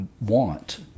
want